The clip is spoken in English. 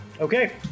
okay